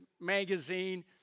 magazine